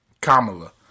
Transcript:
Kamala